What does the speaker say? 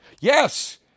Yes